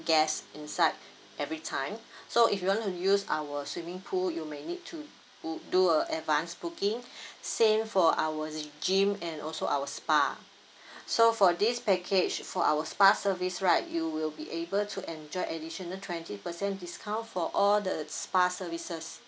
guest inside every time so if you want to use our swimming pool you may need to do a advance booking same for our gym and also our spa so for this package for our spa service right you will be able to enjoy additional twenty percent discount for all the spa services